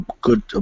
good